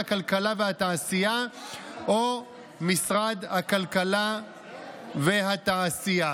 הכלכלה והתעשייה או את משרד הכלכלה והתעשייה.